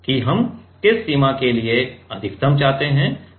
कि हम किस सीमा के लिए अधिकतम चाहते हैं